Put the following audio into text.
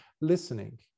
listening